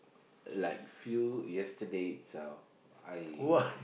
like few yesterday itself I